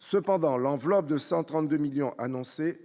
cependant, l'enveloppe de 132 millions annoncés